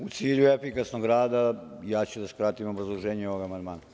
U cilju efikasnog rada ja ću da skratim obrazloženje ovog amandmana.